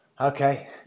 okay